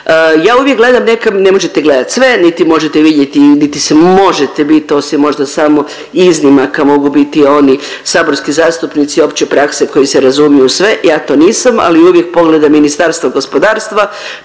Ja uvijek gledam, nekad ne možete gledat sve, niti možete vidjeti, niti se možete bit osim možda samo iznimaka mogu biti oni saborski zastupnici opće prakse koji se razumiju u sve, ja to nisam, ali uvijek pogledam Ministarstvo gospodarstva,